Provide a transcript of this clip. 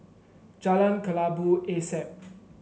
Jalan Kelabu Asap